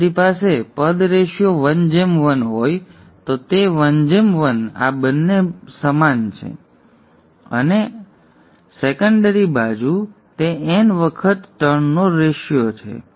જો આપણી પાસે પદ રેશિયો 1 1 હોય તો તે 1 1 આ બન્ને સમાન છે અને આ બન્ને પણ સમાન છે અને સેકન્ડરી બાજુ તે n વખત ટર્નનો રેશિયો છે